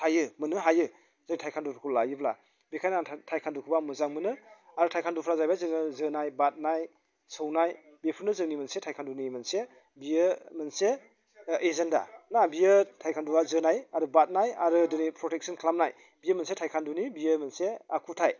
थायो मोननो हायो जों टाइकुवानडुफोरखौ लायोब्ला बेखायनो आं टाइकुवानड'फोरखौ आं मोजां मोनो आरो टाइकुवानडुफोरा जाहैबाय जोङो जोनाय बारनाय सौनाय बेफोरनो जोंनि मोनसे टाइकुवानडुनि मोनसे बियो मोनसे एजेनडा ना बियो टाइकुवानडुआ जोनाय आरो बारनाय आरो दिनै प्रटेकसन खालामनाय बियो मोनसे टाइकुवानडुनि बियो मोनसे आखुथाय